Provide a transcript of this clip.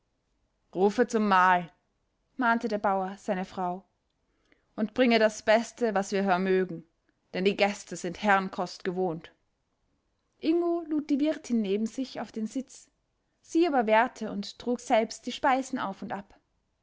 rufe zum mahl mahnte der bauer seine frau und bringe das beste was wir vermögen denn die gäste sind herrenkost gewohnt ingo lud die wirtin neben sich auf den sitz sie aber wehrte und trug selbst die speisen auf und ab